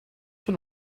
been